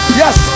yes